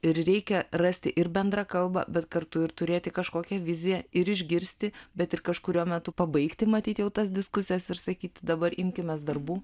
ir reikia rasti ir bendrą kalbą bet kartu ir turėti kažkokią viziją ir išgirsti bet ir kažkuriuo metu pabaigti matyt jau tas diskusijas ir sakyti dabar imkimės darbų